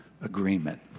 agreement